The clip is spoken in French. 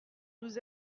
nous